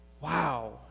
wow